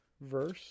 verse